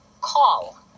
call